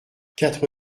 quatre